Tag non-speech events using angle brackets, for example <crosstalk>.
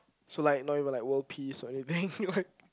so like not even like world peace or anything <breath> you want